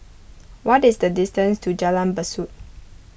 what is the distance to Jalan Besut